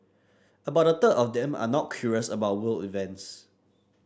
about a third of them are not curious about world events